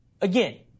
again